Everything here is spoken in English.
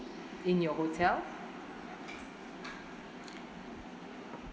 in your hotel